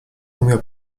umiał